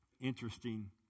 Interesting